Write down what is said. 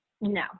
No